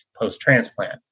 post-transplant